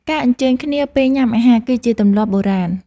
ការអញ្ជើញគ្នា ពេលញ៉ាំអាហារគឺជាទម្លាប់បុរាណ។